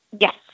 Yes